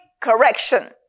correction